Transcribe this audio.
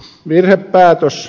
se oli virhepäätös